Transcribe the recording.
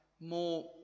more